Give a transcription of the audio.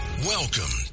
Welcome